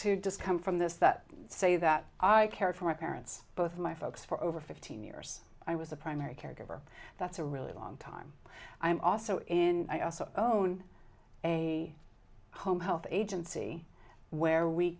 to just come from this that say that i cared for my parents both my folks for over fifteen years i was a primary caregiver that's a really long time i'm also in i also own a home health agency where we